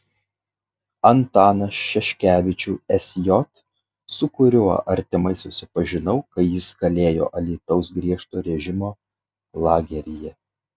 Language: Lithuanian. antaną šeškevičių sj su kuriuo artimai susipažinau kai jis kalėjo alytaus griežto režimo lageryje